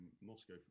moscow